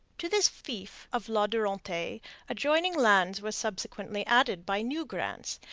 to this fief of la durantaye adjoining lands were subsequently added by new grants,